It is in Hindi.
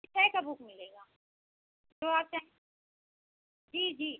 विषय की बुक मिलेगी जो आप चाहें जी जी